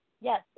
Yes